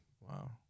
Wow